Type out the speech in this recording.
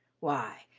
why,